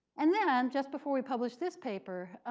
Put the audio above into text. and then, just before we published this paper,